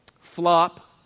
flop